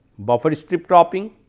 buffer strip cropping,